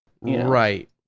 right